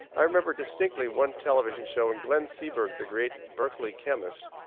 i remember distinctly one television show when glenn seaborg, the great berkeley chemist,